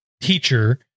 teacher